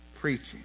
preaching